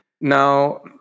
Now